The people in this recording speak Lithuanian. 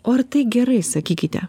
o ar tai gerai sakykite